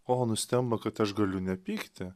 o nustemba kad aš galiu nepykti